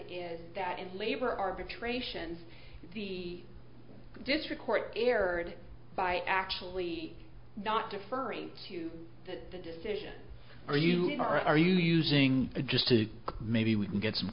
is that in labor arbitrations the district court erred by actually not deferring to the decision are you or are you using just maybe we can get some